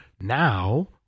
Now